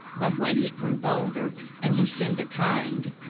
but when he grew bolder and lu cinda kind,